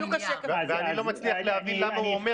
אני לא מצליח להבין למה הוא אומר